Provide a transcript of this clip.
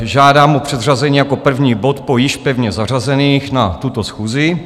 Žádám o předřazení jako první bod po již pevně zařazených na tuto schůzi.